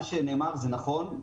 מה שנאמר זה נכון,